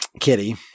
kitty